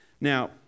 Now